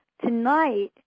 Tonight